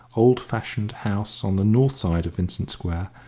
old-fashioned house on the north side of vincent square,